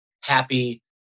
happy